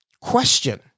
question